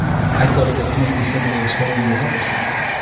like i thought that maybe somebody was holding you up or something.